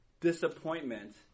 disappointment